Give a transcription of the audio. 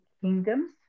kingdoms